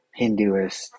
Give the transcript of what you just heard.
Hinduists